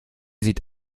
sieht